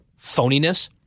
phoniness